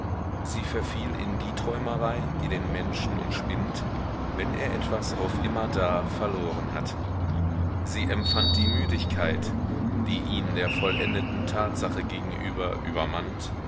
sie verfiel in die träumerei die den menschen umspinnt wenn er etwas auf immerdar verloren hat sie empfand die müdigkeit die ihn der vollendeten tatsache gegenüber übermannt